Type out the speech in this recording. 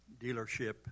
dealership